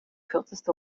kürzeste